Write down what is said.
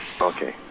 Okay